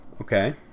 Okay